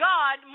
God